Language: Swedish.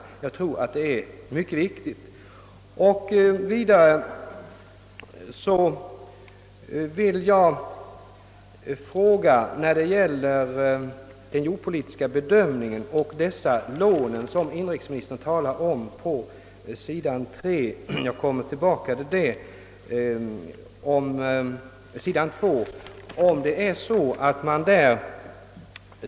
Jag tror att detta är mycket viktigt. Jag är inte riktigt på det klara med den fråga som inrikesministern berör då han talar om villkoren för bostadslån.